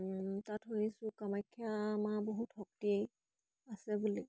তাত শুনিছোঁ কামাখ্যা মাৰ বহুত শক্তি আছে বুলি